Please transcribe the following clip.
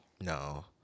No